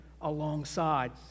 alongside